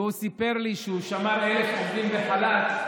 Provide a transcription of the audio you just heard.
והוא סיפר לי שהוא שמר 1,000 עובדים בחל"ת,